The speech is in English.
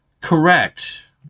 correct